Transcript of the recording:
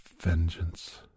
vengeance